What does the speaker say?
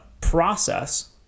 process